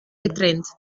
getrennt